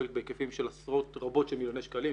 פרויקטים בהיקפים של עשרות רבות של מיליוני שקלים,